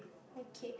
okay